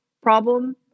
problem